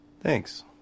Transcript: Thanks